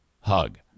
hug